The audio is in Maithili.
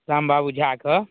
राम बाबू झाके